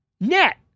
net